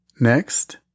Next